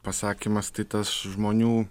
pasakymas tai tas žmonių